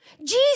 Jesus